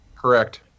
correct